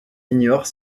ignore